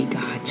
God